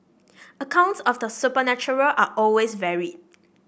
accounts of the supernatural are always varied